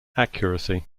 accuracy